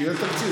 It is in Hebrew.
כשיהיה תקציב.